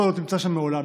אותו לא תמצא שם לעולם.